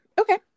Okay